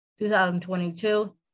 2022